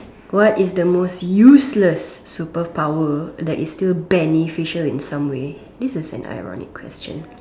what is the most useless superpower that is still beneficial in some way this is an ironic question